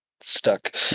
stuck